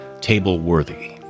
table-worthy